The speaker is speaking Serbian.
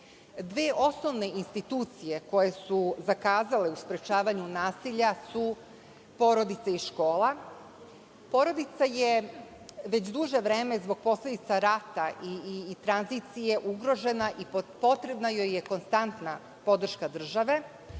osnovne institucije koje su zakazale u sprečavanju nasilja su porodica i škola. Porodica je već duže vreme zbog posledica rata i tranzicije ugrožena ipotrebna joj je konstantna podrška države,